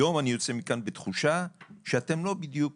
היום אני יוצא מכאן בתחושה שאתם לא בדיוק